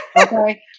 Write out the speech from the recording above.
Okay